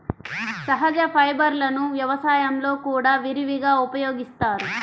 సహజ ఫైబర్లను వ్యవసాయంలో కూడా విరివిగా ఉపయోగిస్తారు